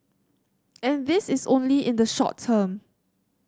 and this is only in the short term